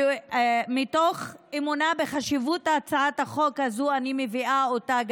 ומתוך אמונה בחשיבות הצעת החוק הזו גם אני מביאה אותה.